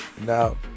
Now